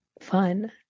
Fun